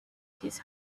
his